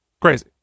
crazy